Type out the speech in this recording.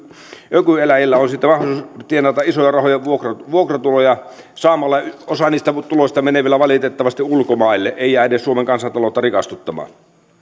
ökyeläjillä on mahdollisuus tienata isoja rahoja vuokratuloja vuokratuloja saamalla osa niistä tuloista menee vielä valitettavasti ulkomaille eivät edes jää suomen kansantaloutta rikastuttamaan